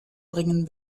bringen